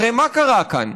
הרי מה קרה כאן?